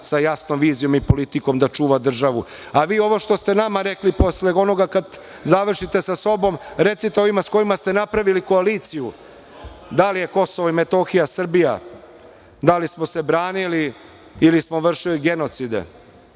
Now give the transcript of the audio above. sa jasnom vizijom i politikom da čuva državu.A vi ovo što ste nama rekli, posle onoga kad završite sa sobom, recite ovima sa kojima ste napravili koaliciju da li je Kosovo i Metohija Srbija, da li smo se branili ili smo vršili genocide,